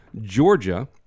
Georgia